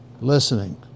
listening